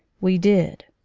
we did.